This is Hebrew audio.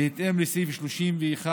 בהתאם לסעיף 31(ב)